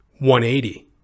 180